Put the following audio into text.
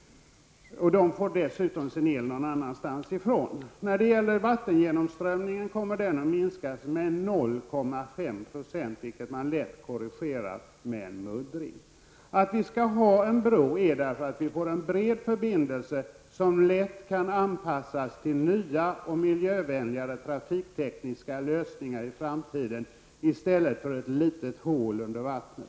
Dessutom får dessa sin el från någon annanstans. När det gäller vattengenomströmningen kommer det att bli en minskning med 0,5 %. En korrigering kan lätt göras genom muddring. Det behövs en bro för att vi skall få en bred förbindelse som lätt kan anpassas till nya och miljövänligare trafiktekniska lösningar i framtiden -- detta i stället för ett litet hål under vattnet.